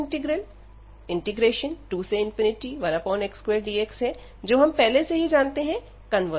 test integral 21x2dx है जो हम पहले से ही जानते हैं की कनवर्जेंट है